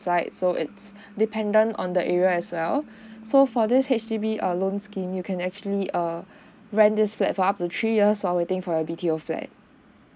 so it's dependent on the area as well so for this H_D_B err loan scheme you can actually err rent this flat for up to three years while waiting for your B_T_O flat